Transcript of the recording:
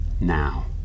now